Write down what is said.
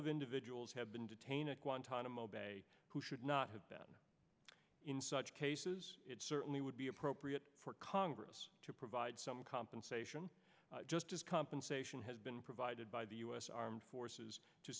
of individuals have been detained at guantanamo bay who should not have been in such cases it certainly would be appropriate for congress to provide some compensation just as compensation has been provided by the u s armed forces to